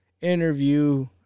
interview